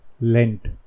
Lent